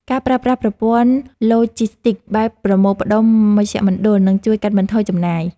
ការប្រើប្រាស់ប្រព័ន្ធឡូជីស្ទិកបែបប្រមូលផ្ដុំមជ្ឈមណ្ឌល នឹងជួយកាត់បន្ថយចំណាយ។